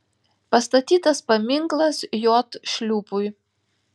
pastatytas paminklas j šliūpui